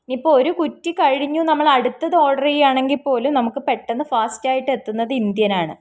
ഇനിയിപ്പോള് ഒരു കുറ്റി കഴിഞ്ഞു നമ്മൾ അടുത്തത് ഓർഡര് ചെയ്യുകയാണെങ്കില്പ്പോലും നമുക്ക് പെട്ടെന്ന് ഫാസ്റ്റായിട്ട് എത്തുന്നത് ഇന്ത്യനാണ്